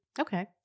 Okay